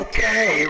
Okay